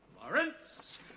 Lawrence